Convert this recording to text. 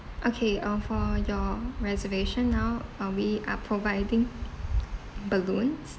okay um for your reservation now uh we are providing balloons